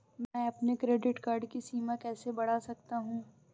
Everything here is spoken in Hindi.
मैं अपने क्रेडिट कार्ड की सीमा कैसे बढ़ा सकता हूँ?